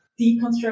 deconstruct